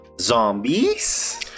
Zombies